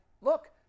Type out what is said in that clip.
look